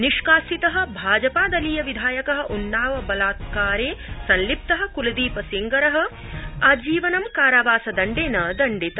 निष्कासित भाजपादलीय विधायक उन्नाव बलात्कोरे संलिप्त कुलदीपसिंह सेंगर आजीवनं कारावासदण्डेन दण्डित